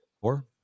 Four